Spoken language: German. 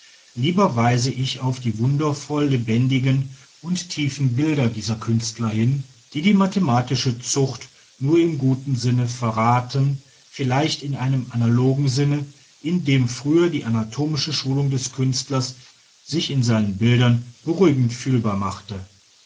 lieber weise ich auf die wundervoll lebendigen und tiefen bilder dieser künstler ihn die die mathematische zucht nur im guten sinne verraten vielleicht in einem analogen sinne in dem früher die anatomische schulung des künstlers sich in seinen bildern beruhigend fühlbar machte